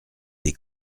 des